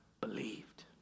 believed